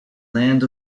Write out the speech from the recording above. land